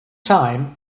time